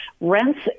rents